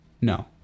No